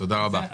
תודה רבה.